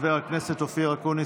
חבר הכנסת אופיר אקוניס,